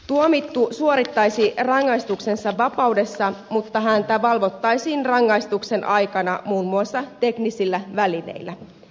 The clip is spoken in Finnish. tuomittu suorittaisi rangaistuksensa vapaudessa mutta häntä valvottaisiin rangaistuksen aikana muun muassa teknisillä välineillä